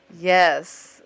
Yes